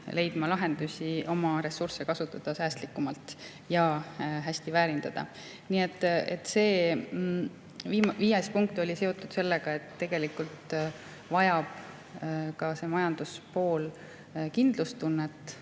leidma lahendusi, kuidas oma ressursse kasutada säästlikumalt ja hästi väärindada. Nii et see viimane, viies punkt oli seotud sellega, et tegelikult vajab ka see majanduspool kindlustunnet,